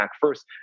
first